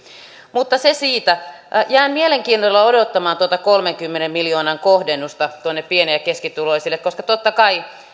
mutta se siitä jään mielenkiinnolla odottamaan tuota kolmenkymmenen miljoonan kohdennusta pieni ja keskituloisille koska totta kai